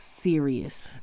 serious